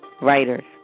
writers